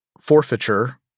forfeiture